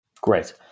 Great